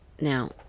Now